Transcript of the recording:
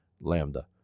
Lambda